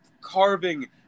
carving